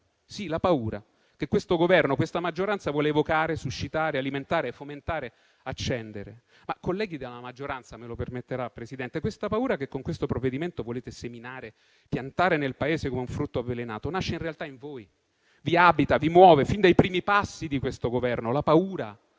sì, la paura - che questo Governo e questa maggioranza vogliono evocare, suscitare, alimentare, fomentare e accendere? Colleghi della maggioranza - mi permetterà di rivolgermi a loro, Presidente - la paura che con questo provvedimento volete seminare e piantare nel Paese come un frutto avvelenato, nasce in realtà in voi, vi abita e vi muove fin dai primi passi di questo Governo: la paura